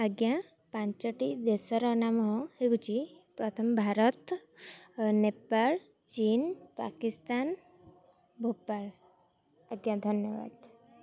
ଆଜ୍ଞା ପାଞ୍ଚଟି ଦେଶର ନାମ ହେଉଛି ପ୍ରଥମ ଭାରତ ନେପାଳ ଚୀନ ପାକିସ୍ତାନ ଭୋପାଳ ଆଜ୍ଞା ଧନ୍ୟବାଦ